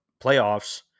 playoffs